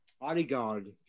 bodyguard